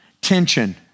tension